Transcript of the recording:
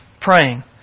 praying